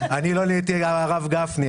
אני לא נהייתי הרב גפני.